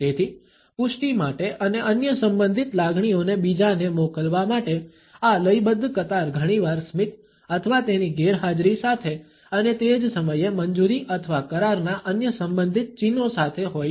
તેથી પુષ્ટિ માટે અને અન્ય સંબંધિત લાગણીઓને બીજાને મોકલવા માટે આ લયબદ્ધ કતાર ઘણીવાર સ્મિત અથવા તેની ગેરહાજરી સાથે અને તે જ સમયે મંજૂરી અથવા કરારના અન્ય સંબંધિત ચિહ્નો સાથે હોય છે